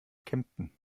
kempten